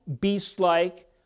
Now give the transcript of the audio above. beast-like